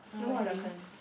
no it's your turn